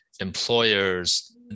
employers